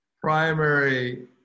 primary